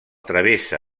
travessa